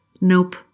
Nope